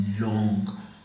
long